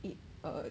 it uh